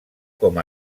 com